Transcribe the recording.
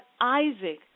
Isaac